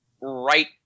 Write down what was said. right